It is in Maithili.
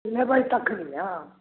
लेबै तखन हँ